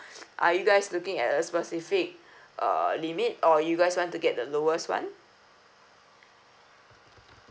are you guys looking at a specific uh limit or you guys want to get the lowest one